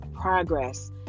progress